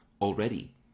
already